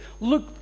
look